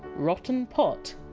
rotten pot.